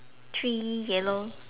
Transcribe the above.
three yellow